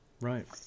Right